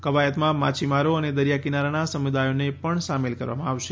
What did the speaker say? ક્વાયતમાં માછીમારો અને દરિયાકિનારાના સમુદાયોને પણ સામેલ કરવામાં આવશે